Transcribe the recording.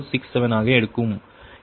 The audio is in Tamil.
0067 ஆக எடுக்கும்